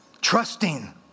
trusting